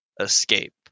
escape